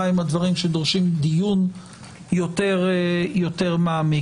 מהם הדברים שדורשים דיון יותר מעמיק.